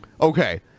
Okay